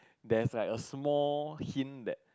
there's like a small hint that